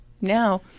Now